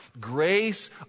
Grace